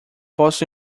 posso